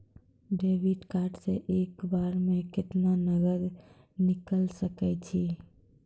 Debit card से एक बार मे केतना नगद निकाल सके छी?